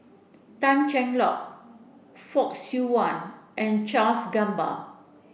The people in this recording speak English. Tan Cheng Lock Fock Siew Wah and Charles Gamba